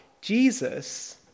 Jesus